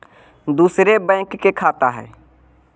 दुसरे बैंक के खाता हैं?